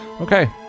Okay